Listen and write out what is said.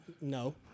No